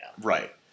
Right